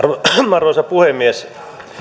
arvoisa puhemies